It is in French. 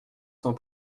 sans